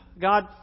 God